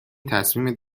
تصمیمت